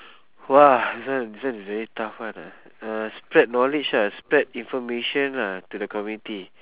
!wah! this one this one is very tough [one] eh uh spread knowledge lah spread information lah to the community